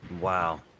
Wow